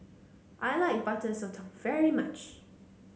I like Butter Sotong very much